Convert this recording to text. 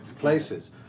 places